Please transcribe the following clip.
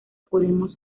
podemos